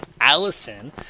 Allison